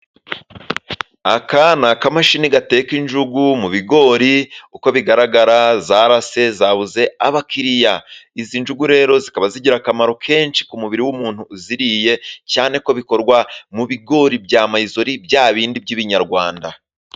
Aka ni akamashini gateka injugu mu bigori. Uko bigaragara zarase , zabuze abakiriya. Izi njugu rero zikaba zigira akamaro kenshi ku mubiri w'umuntu uziriye cyane ko zikorwa mu bigori bya mayizori bya bindi by'ibinyarwanda.